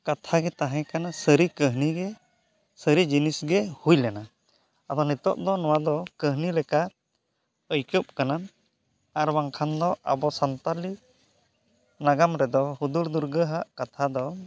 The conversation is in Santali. ᱠᱟᱛᱷᱟ ᱜᱮ ᱛᱟᱦᱮᱸ ᱠᱟᱱᱟ ᱥᱟᱹᱨᱤ ᱠᱟᱹᱦᱱᱤ ᱜᱮ ᱥᱟᱹᱨᱤ ᱡᱤᱱᱤᱥ ᱜᱮ ᱦᱩᱭ ᱞᱮᱱᱟ ᱟᱫᱚ ᱱᱤᱛᱚᱜ ᱫᱚ ᱱᱚᱣᱟ ᱫᱚ ᱠᱟᱹᱦᱱᱤ ᱞᱮᱠᱟ ᱟᱹᱭᱠᱟᱹᱜ ᱠᱟᱱᱟ ᱟᱨ ᱵᱟᱝᱠᱷᱟᱱ ᱫᱚ ᱟᱵᱚ ᱥᱟᱱᱛᱟᱲᱤ ᱱᱟᱜᱟᱢ ᱨᱮᱫᱚ ᱦᱩᱫᱩᱲ ᱫᱩᱨᱜᱟᱹ ᱟᱜ ᱠᱟᱛᱷᱟ ᱫᱚ